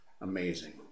Amazing